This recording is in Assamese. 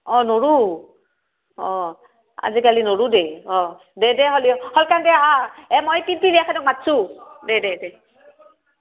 অ' ন'ৰো অ' আজিকালি ন'ৰো দে অ' দে দে হ'লে সোনকালতে আহ এ মই পিলপিলি এখনক মাতিছো দে দে দে